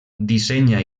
dissenya